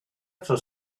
for